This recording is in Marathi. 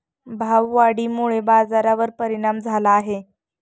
भाववाढीमुळे बाजारावर परिणाम झाला आहे